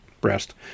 breast